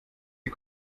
die